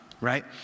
Right